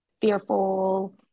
fearful